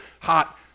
hot